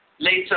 later